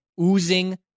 oozing